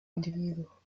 individuo